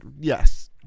yes